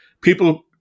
People